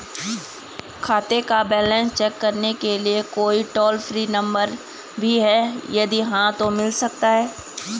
खाते का balance check करने के लिए कोई टॉल फ्री नम्बर भी है यदि हाँ तो मिल सकता है?